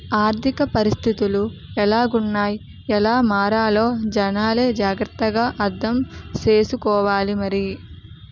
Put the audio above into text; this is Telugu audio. ఆర్థిక పరిస్థితులు ఎలాగున్నాయ్ ఎలా మారాలో జనాలే జాగ్రత్త గా అర్థం సేసుకోవాలి మరి